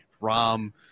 Rom